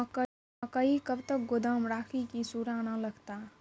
मकई कब तक गोदाम राखि की सूड़ा न लगता?